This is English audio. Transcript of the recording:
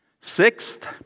Sixth